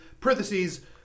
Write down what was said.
parentheses